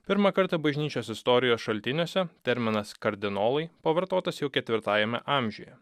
pirmą kartą bažnyčios istorijos šaltiniuose terminas kardinolai pavartotas jau ketvirtajame amžiuje